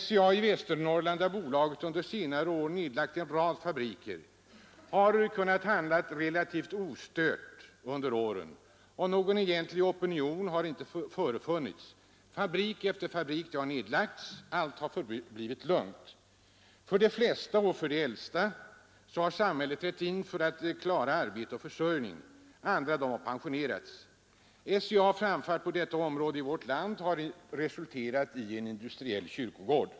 SCA i Västernorrland, där bolaget under senare år nedlagt en rad fabriker, har kunnat handla relativt ostört under åren, och någon egentlig opinion har inte förefunnits. Fabrik efter fabrik har nedlagts, men allt har förblivit lugnt. För de flesta och de äldsta arbetarna har samhället trätt in för att klara arbete och försörjning. Andra har pensionerats. SCA:s framfart i detta område av vårt land har resulterat i en industriell kyrkogård.